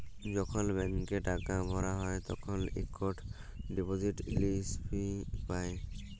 যখল ব্যাংকে টাকা ভরা হ্যায় তখল ইকট ডিপজিট ইস্লিপি পাঁই